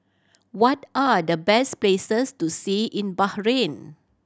what are the best places to see in Bahrain